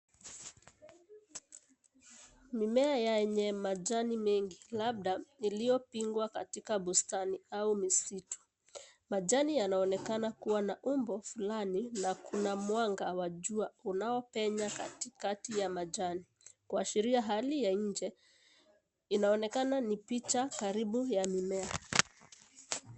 Mimea yenye majani mingi labda liliopigwa katika bustani au misitu. Majani yanaonekana kuwa na umbo fulani na kuna mwanga wa jua unaoppenya katikati ya majani kuashiria hali ya nje inaonekana ni picha karibu ya mimea.